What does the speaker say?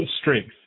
strength